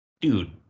dude